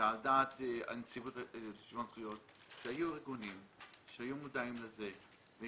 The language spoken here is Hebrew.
וועדת הנציבות לשוויון זכויות שהיו ארגונים שהיו מודעים לזה.